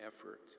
effort